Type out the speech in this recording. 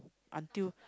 until